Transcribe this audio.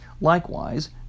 Likewise